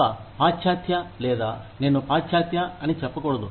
ఒక పాశ్చాత్య లేదా నేను పాశ్చాత్య అని చెప్పకూడదు